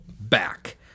back